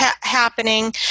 happening